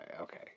okay